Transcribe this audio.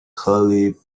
curly